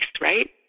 right